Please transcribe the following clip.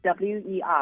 WEI